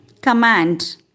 command